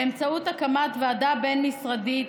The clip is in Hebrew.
באמצעות הקמת ועדה בין-משרדית